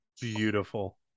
Beautiful